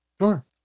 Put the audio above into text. Sure